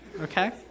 Okay